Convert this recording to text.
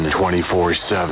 24/7